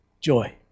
joy